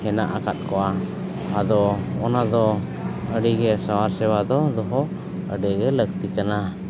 ᱢᱮᱱᱟᱜ ᱟᱠᱟᱫ ᱠᱚᱣᱟ ᱟᱫᱚ ᱚᱱᱟᱫᱚ ᱟᱹᱰᱤᱜᱮ ᱥᱟᱶᱟᱨ ᱥᱮᱵᱟ ᱫᱚ ᱫᱚᱦᱚ ᱟᱹᱰᱤᱜᱮ ᱞᱟᱹᱠᱛᱤ ᱠᱟᱱᱟ